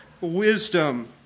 wisdom